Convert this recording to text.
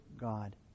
God